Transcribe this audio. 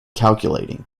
calculating